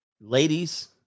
Ladies